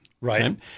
Right